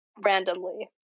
randomly